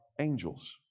angels